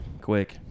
quick